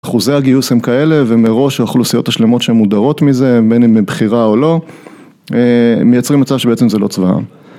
אחוזי הגיוס הם כאלה, ומראש האוכלוסיות השלמות שהן מודרות מזה, בין אם מבחירה או לא, מייצרים מצב שבעצם זה לא צבא העם.